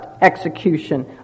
execution